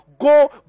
Go